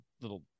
little